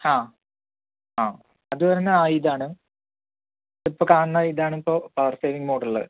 ആ ആ അതുവരണത് ഇതാണ് ഇതിപ്പോൾ കാണണ ഇതാണ് ഇപ്പോൾ പവർ സേവിങ്ങ് മോഡ് ഉള്ളത്